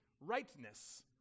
rightness